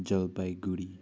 Jalpaiguri